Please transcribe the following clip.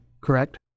correct